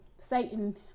satan